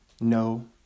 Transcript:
No